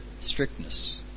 strictness